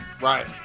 Right